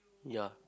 ya